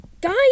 guys